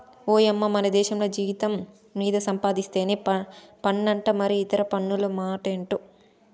ఓయమ్మో మనదేశంల జీతం మీద సంపాధిస్తేనే పన్నంట మరి ఇతర పన్నుల మాటెంటో